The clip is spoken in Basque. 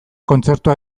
kontzertua